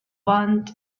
band